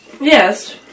Yes